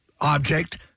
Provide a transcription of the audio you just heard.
object